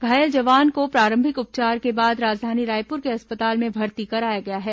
घायल जवान को प्रारंभिक उपचार के बाद राजधानी रायपुर के अस्पताल में भर्ती कराया गया है